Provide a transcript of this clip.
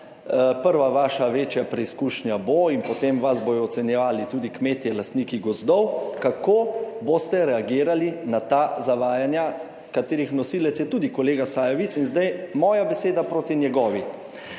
prva vaša večja preizkušnja bo in potem vas bodo ocenjevali tudi kmetje, lastniki gozdov, kako boste reagirali na ta zavajanja, katerih nosilec je tudi kolega Sajovic. In zdaj moja beseda proti njegovi,